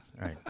right